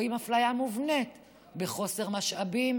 רואים אפליה מובנית בחוסר משאבים,